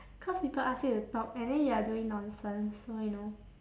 cause people ask you to talk and then you're doing nonsense so you know